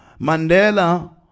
Mandela